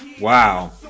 Wow